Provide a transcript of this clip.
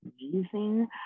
amazing